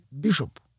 bishop